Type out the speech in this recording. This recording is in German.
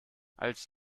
als